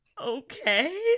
okay